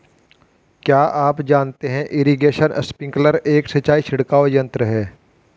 क्या आप जानते है इरीगेशन स्पिंकलर एक सिंचाई छिड़काव यंत्र है?